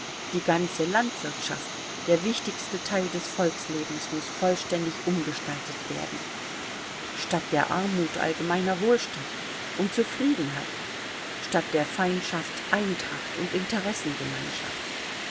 die ganze landwirtschaft der wichtigste teil des volkslebens muß vollständig umgestaltet werden statt der armut allgemeiner wohlstand und zufriedenheit statt der feindschaft eintracht und interessengemeinschaft